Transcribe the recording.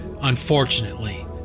unfortunately